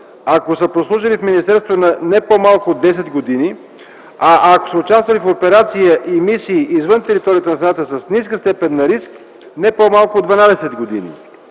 ако са прослужени в министерството не по-малко от 10 години, а ако са участвали в операции, мисии извън територията на страната с ниска степен на риск – не по-малко от 12 години.